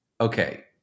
okay